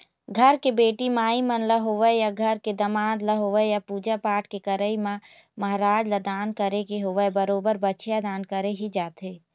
घर के बेटी माई मन ल होवय या घर के दमाद ल होवय या पूजा पाठ के करई म महराज ल दान करे के होवय बरोबर बछिया दान करे ही जाथे